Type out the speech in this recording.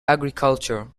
agriculture